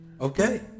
Okay